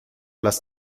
las